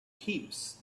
heaps